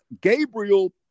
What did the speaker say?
Gabriel